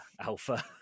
alpha